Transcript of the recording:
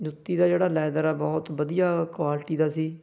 ਜੁੱਤੀ ਦਾ ਜਿਹੜਾ ਲੈਦਰ ਆ ਬਹੁਤ ਵਧੀਆ ਕੁਆਲਿਟੀ ਦਾ ਸੀ